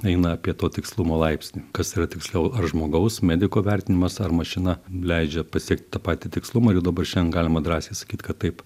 eina apie to tikslumo laipsnį kas yra tiksliau ar žmogaus mediko vertinimas ar mašina leidžia pasiekt tą patį tikslumą ir dabar šiandien galima drąsiai sakyti kad taip